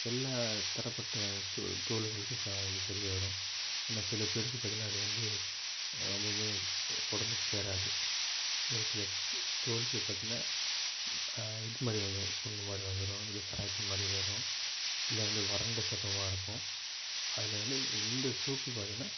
எல்லா தரப்பட்ட சு தோலுகளுக்கும் ச இது சரியாக வரும் ஏன்னால் சில பேருக்கு பார்த்தீங்கனா அது வந்து ரொம்பவுமே உடம்புக்கு சேராது ஒரு சில தோலுக்கு பார்த்தீங்கனா இதுமாதிரி வந்துடும் புண் மாதிரி வந்துடும் இல்லை சிராய்ப்பு மாதிரி வரும் இல்லை அதிலே வறண்ட சருமமாக இருக்கும் அதில் வந்து இந்த சோப்பு பார்த்தீங்கனா